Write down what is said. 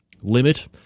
limit